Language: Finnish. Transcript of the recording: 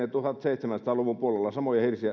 rakennettu tuhatseitsemänsataa luvun puolella samat